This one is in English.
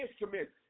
instruments